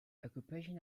occupation